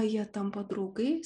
jie tampa draugais